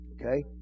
Okay